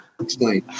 explain